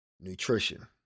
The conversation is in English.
Nutrition